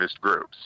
groups